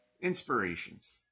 Inspirations